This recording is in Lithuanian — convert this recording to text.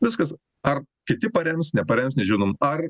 viskas ar kiti parems neparems nežinom ar